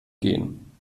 gehen